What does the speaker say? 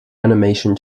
animation